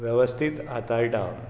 वेवस्थीत हाताळटा